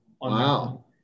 Wow